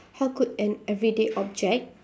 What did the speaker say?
how could an everyday object